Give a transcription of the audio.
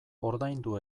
ordaindu